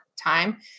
time